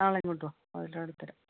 നാളെ ഇങ്ങോട്ട് വാ വന്നിട്ടവിടെ തരാം